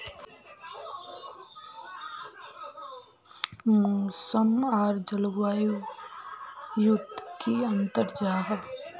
मौसम आर जलवायु युत की अंतर जाहा?